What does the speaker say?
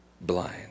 blind